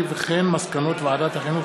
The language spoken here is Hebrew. מסקנות ועדת החינוך,